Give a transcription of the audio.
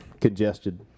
Congested